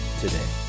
today